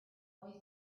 thought